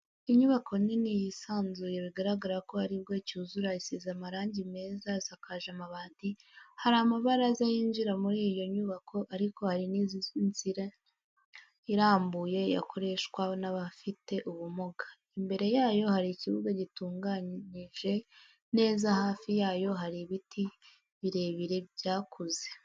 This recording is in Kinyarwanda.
Inyubako nini yisanzuye bigaragara ko aribwo icyuzura, isize amarangi meza isakaje amabati, hari amabaraza yinjira muri iyo nyubako ariko hari n'inzira irambuye yakoreshwa n'abafite ubumuga, imbere yayo hari ikibuga gitunganyije neza hafi yayo hari ibiti birebire byakuze.